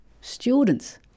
students